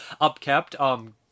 upkept